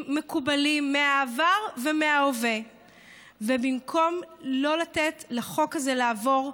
מקובלים מהעבר ומההווה ובמקום לא לתת לחוק הזה לעבור,